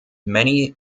many